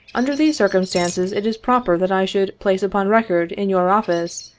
under these circumstances it is proper that i should place upon record, in your office,